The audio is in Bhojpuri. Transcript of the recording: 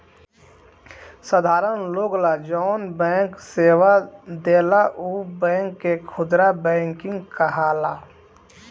साधारण लोग ला जौन बैंक सेवा देला उ बैंक के खुदरा बैंकिंग कहाला